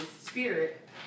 spirit